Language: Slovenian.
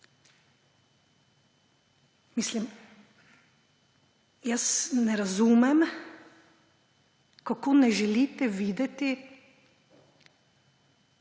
Mislim, jaz ne razumem, kako ne želite videti,